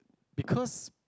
because